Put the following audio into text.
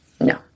No